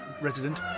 resident